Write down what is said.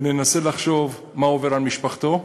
וננסה לחשוב מה עובר על משפחתו,